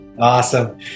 Awesome